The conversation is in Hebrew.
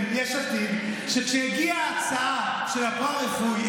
מיש עתיד שכשתגיע ההצעה של הפארה-רפואי,